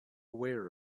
aware